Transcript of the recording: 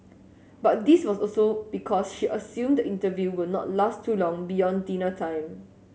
but this was also because she assumed the interview will not last too long beyond dinner time